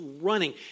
running